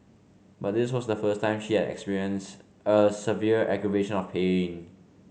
but this was the first time she had experienced a severe aggravation of pain